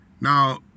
Now